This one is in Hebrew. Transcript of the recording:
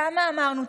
כמה אמרנו?